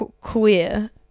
queer